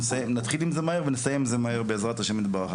נתחיל עם זה מהר ונסיים עם זה מהר בעזרת השם יתברך,